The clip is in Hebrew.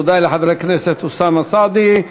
תודה לחבר הכנסת אוסאמה סעדי.